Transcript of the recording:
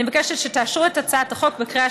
אני מבקשת שתאשרו את הצעת החוק בקריאה